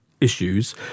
issues